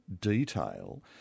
detail